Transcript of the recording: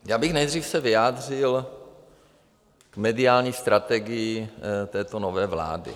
Já bych nejdřív se vyjádřil k mediální strategii této nové vlády.